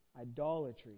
idolatry